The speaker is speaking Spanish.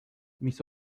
mis